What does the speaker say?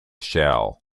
shell